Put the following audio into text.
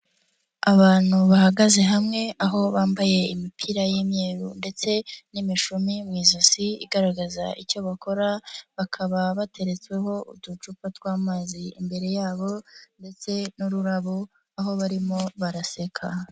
Abantu bahagaze hamwe, aho bambaye imipira y'imyeru ndetse n'imishumi mu ijosi, igaragaza icyo bakora, bakaba bateretsweho uducupa tw'amazi imbere yabo ndetse n'ururabo, aho barimo baraseka.